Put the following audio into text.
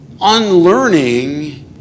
unlearning